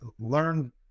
learn